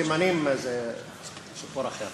תימנים זה סיפור אחר.